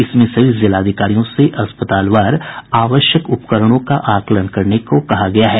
इसमें सभी जिलाधिकारियों से अस्पतालवार आवश्यक उपकरणों का आकलन करने को कहा गया है